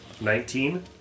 Nineteen